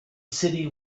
city